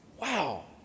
Wow